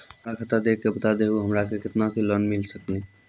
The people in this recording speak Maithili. हमरा खाता देख के बता देहु हमरा के केतना के लोन मिल सकनी?